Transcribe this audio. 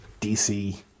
DC